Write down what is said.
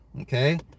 okay